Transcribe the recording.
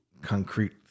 concrete